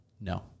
No